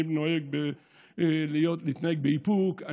אני נוהג להתנהג באיפוק.